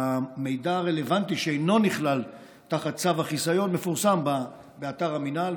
המידע הרלוונטי שאינו נכלל תחת צו החיסיון מפורסם באתר המינהל,